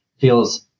feels